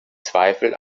zweifel